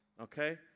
okay